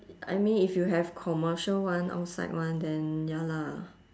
I mean if you have commercial one outside one then ya lah